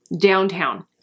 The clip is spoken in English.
downtown